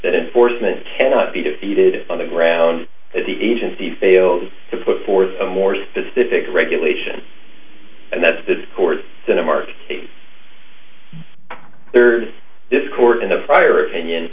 that enforcement cannot be defeated on the ground at the agency failed to put forth a more specific regulation and that's the court to mark a third this court in the prior anion